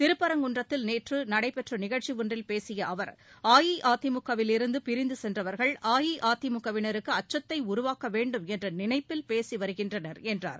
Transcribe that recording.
திருப்பரங்குன்றத்தில் நேற்று நடைபெற்ற நிகழ்ச்சி ஒன்றில் பேசிய அவர் அஇஅதிமுக விலிருந்து பிரிந்துச் சென்றவர்கள் அஇஅதிமுக வினருக்கு அச்சத்தை உருவாக்க வேண்டும் என்ற நினைப்பில் பேசி வருகின்றனர் என்றார்